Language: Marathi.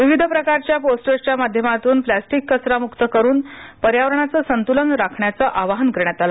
विविध प्रकारच्या पोस्टर्सच्या माध्यमातून प्लॅस्टिक कचरा मुक्त करून पर्यावरणाचे संतूलन राखण्याचे आवाहनकरण्यात आले